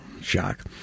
Shock